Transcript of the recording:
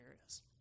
areas